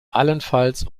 allenfalls